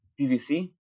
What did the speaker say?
PVC